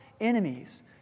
enemies